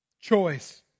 choice